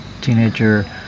teenager